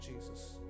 Jesus